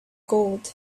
gold